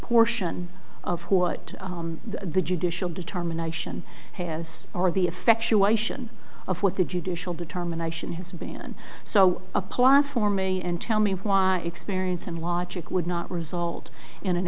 portion of what the judicial determination has or the affection of what the judicial determination has been so applying for me and tell me why experience and logic would not result in an